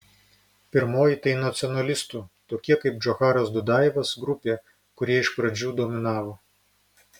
pirmoji tai nacionalistų tokie kaip džocharas dudajevas grupė kurie iš pradžių dominavo